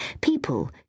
People